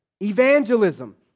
evangelism